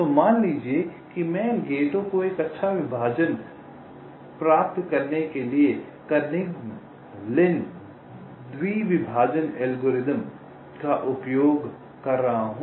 तो मान लीजिए कि मैं इन गेटों का एक अच्छा विभाजन प्राप्त करने के लिए कर्निघन लिन द्वि विभाजन एल्गोरिथ्म का उपयोग कर रहा हूं